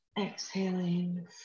exhaling